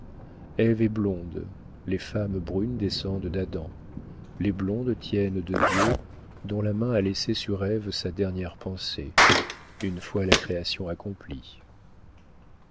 est blonde les femmes brunes descendent d'adam les blondes tiennent de dieu dont la main a laissé sur ève sa dernière pensée une fois la création accomplie